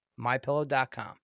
MyPillow.com